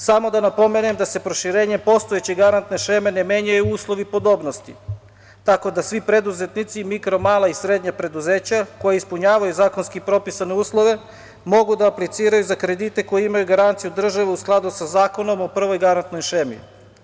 Samo da napomenem da se proširenjem postojeće garantne šeme ne menjaju uslovi podobnosti, tako da svi preduzetnici, mikro, mala i srednja preduzeća koja ispunjavaju zakonski propisane uslove, mogu da apliciraju za kredite koji imaju garanciju države u skladu sa Zakonom o prvoj garantnoj šemi.